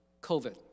COVID